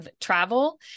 travel